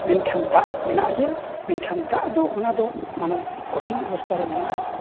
ᱢᱮᱱᱠᱷᱟᱱ ᱫᱟᱜ ᱢᱮᱱᱟᱜ ᱜᱮᱭᱟ ᱢᱮᱱᱠᱷᱟᱱ ᱫᱟᱜ ᱫᱚ ᱚᱱᱟᱫᱚ ᱢᱟᱱᱮ ᱠᱚᱴᱷᱤᱱ ᱚᱵᱚᱥᱛᱷᱟ ᱨᱮ ᱢᱮᱱᱟᱜᱼᱟ